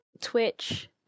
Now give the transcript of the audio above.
Twitch